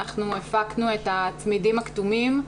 הפקנו את הצמידים הכתומים,